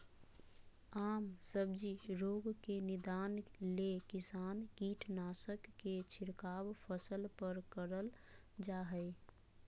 आम सब्जी रोग के निदान ले किसान कीटनाशक के छिड़काव फसल पर करल जा हई